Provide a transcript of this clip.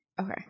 Okay